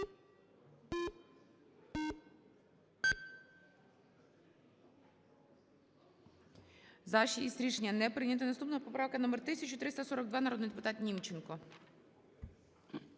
За-6 Рішення не прийнято. Наступна поправка номер 1342. Народний депутат Німченко.